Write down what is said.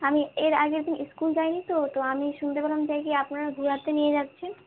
আমি এর আগের দিন স্কুল যাই নি তো তো আমি শুনতে পেলাম যে কি আপনারা ঘুরাতে নিয়ে যাচ্ছেন